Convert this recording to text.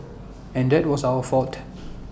and that was our fault